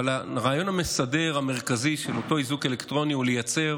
אבל הרעיון המסדר המרכזי של אותו איזוק אלקטרוני הוא לייצר